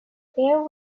air